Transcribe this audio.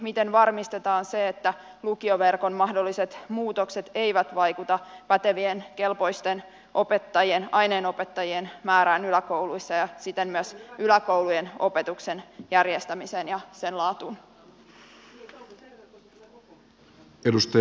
miten varmistetaan se että lukioverkon mahdolliset muutokset eivät vaikuta pätevien kelpoisten aineenopettajien määrään yläkouluissa ja siten myös yläkoulujen opetuksen järjestämiseen ja sen laatuun